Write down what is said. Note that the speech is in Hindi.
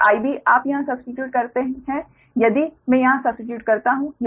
यह 𝑰𝑩 आप यहां सब्स्टीट्यूट करते हैं यदि मैं यहां सब्स्टीट्यूट करता हूं